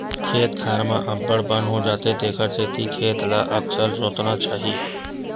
खेत खार म अब्बड़ बन हो जाथे तेखर सेती खेत ल अकरस जोतना चाही